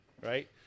right